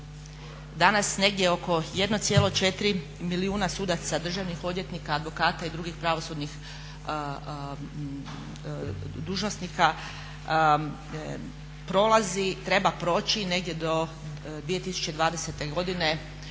danas negdje oko 1,4 milijuna sudaca, državnih odvjetnika, advokata i drugih pravosudnih dužnosnika prolazi, treba proći negdje do 2020.godine